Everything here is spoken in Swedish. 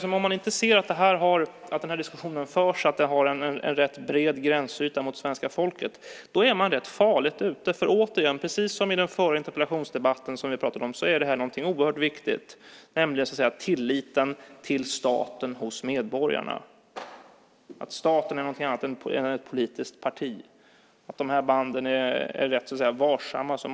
Om man inte ser att den här diskussionen förs och att den har en rätt bred gränsyta mot svenska folket är man rätt farligt ute. För återigen, precis som i den förra interpellationsdebatten, handlar det här om någonting oerhört viktigt, nämligen medborgarnas tillit till staten. Staten är någonting annat än ett politiskt parti. De här banden måste hanteras varsamt.